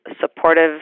supportive